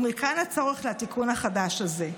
ומכאן הצורך בתיקון החדש הזה.